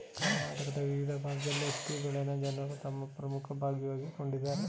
ಕರ್ನಾಟಕದ ವಿವಿದ್ ಭಾಗ್ದಲ್ಲಿ ಹತ್ತಿ ಬೆಳೆನ ಜನರು ತಮ್ ಪ್ರಮುಖ ಭಾಗವಾಗ್ಸಿಕೊಂಡವರೆ